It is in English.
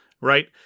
right